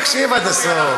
תקשיב עד הסוף.